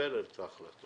נקבל את ההחלטות.